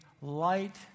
light